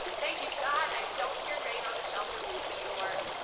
thank you god, i don't hear rain on the shelter roof anymore,